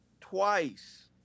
twice